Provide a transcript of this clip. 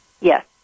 Yes